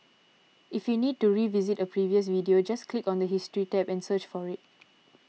if you need to revisit a previous video just click on the history tab and search for it